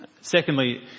Secondly